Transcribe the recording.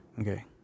Okay